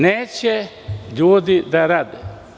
Neće ljudi da rade.